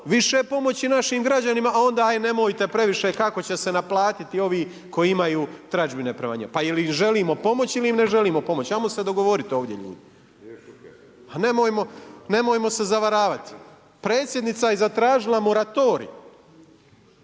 više pomoći našim građanima a onda ajde nemojte previše, kako će se naplatiti ovi koji imaju tražbine prema njima. Pa je li im želimo pomoći ili im ne želimo pomoći? Hajmo se dogovoriti ovdje ljudi. Pa nemojmo se zavaravati. Predsjednica je zatražila moratorij,